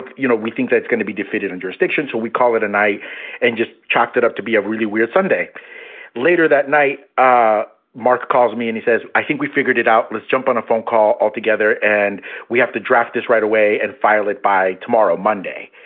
you know, we think that's going to be defeated on jurisdiction. so we call it a night and just chalked it up to be a really weird sunday later that night. ah mark calls me and he says, i think we figured it out. let's jump on a phone call altogether. and we have to draft this right away and file it by tomorrow, monday.